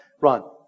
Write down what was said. Ron